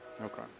Okay